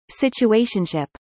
situationship